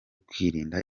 kwirinda